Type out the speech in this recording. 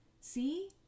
see